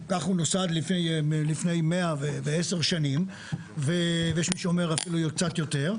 כך הוא נוסד לפני 110 שנים ויש מי שאומר אפילו קצת יותר.